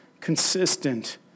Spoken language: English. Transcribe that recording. consistent